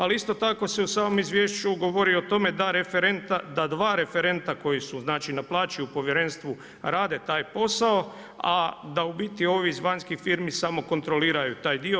Ali isto tako se u samom izvješću govori o tome, da dva referenta, koji znači naplaćuju povjerenstvu, rade taj posao, a da u biti, samo ovi iz vanjskih firmi samo kontroliraju taj dio.